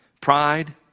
Pride